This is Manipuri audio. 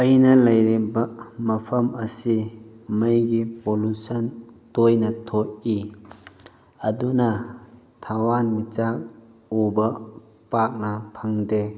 ꯑꯩꯅ ꯂꯩꯔꯤꯕ ꯃꯐꯝ ꯑꯁꯤ ꯃꯩꯒꯤ ꯄꯣꯂꯨꯁꯟ ꯇꯣꯏꯅ ꯊꯣꯛꯏ ꯑꯗꯨꯅ ꯊꯋꯥꯟꯃꯤꯆꯥꯛ ꯎꯕ ꯄꯥꯛꯅ ꯐꯪꯗꯦ